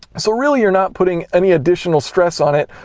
so really, you're not putting any additional stress on it,